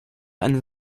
einen